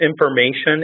information